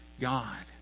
God